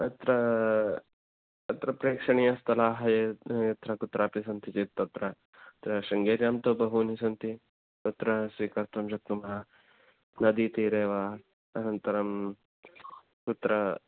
तत्र अत्र प्रेक्षणीयस्थलानि य् यत्रकुत्रापि सन्ति चेत् तत्र त शृङ्गेर्यात्तु बहूनि सन्ति अत्र स्वीकर्तुं शक्नुमः नदीतीरे वा अनन्तरं कुत्र